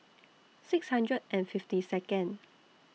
six hundred and fifty Second